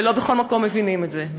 ולא בכל מקום מבינים את זה,